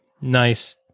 nice